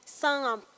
sans